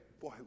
boy